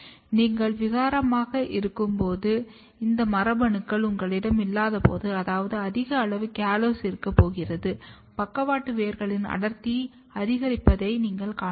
நீங்கள் விகாரமாக இருக்கும்போது இந்த மரபணுக்கள் உங்களிடம் இல்லாதபோது அதாவது அதிக அளவு கால்சோஸ் இருக்கப் போகிறோம் பக்கவாட்டு வேர்களின் அடர்த்தி அதிகரிப்பதை நீங்கள் காணலாம்